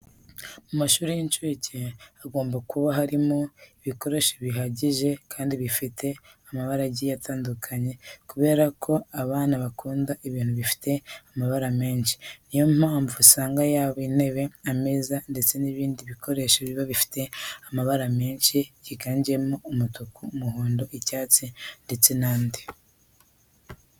Mu mashuri y'inshuke hagomba kuba harimo ibikoresho bihagije kandi bifite amabara agiye atandukanye kubera ko abana bakunda ibintu bifite amabara menshi. Niyo mpamvu usanga yaba intebe, ameza ndetse n'ibindi bikoresho biba bifite amabara menshi yiganjemo umutuku, umuhondo, icyatsi ndetse n'andi.